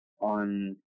on